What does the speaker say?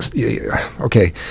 Okay